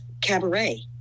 Cabaret